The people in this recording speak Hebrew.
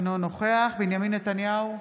אינו נוכח בנימין נתניהו,